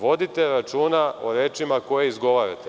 Vodite računa o rečima koje izgovarate.